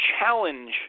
challenge